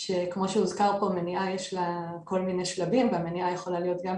שכמו שהוזכר פה למניעה יש לה כל מיני שלבים והמניעה יכולה להיות גם